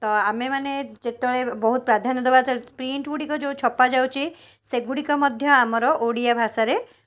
ତ ଆମେମାନେ ଯେତେବେଳେ ବହୁତ ପ୍ରାଧାନ୍ୟ ଦେବା ପ୍ରିଣ୍ଟ ଗୁଡ଼ିକ ଯୋଉ ଛପାଯାଉଛି ସେଗୁଡ଼ିକ ମଧ୍ୟ ଆମର ଓଡ଼ିଆ ଭାଷାରେ